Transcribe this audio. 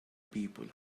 people